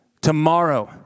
Tomorrow